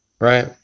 right